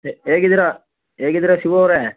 ಹೇಗಿದಿರಾ ಹೇಗಿದಿರಾ ಶಿವು ಅವರೇ